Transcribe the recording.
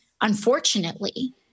unfortunately